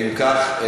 אם כך,